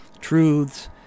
truths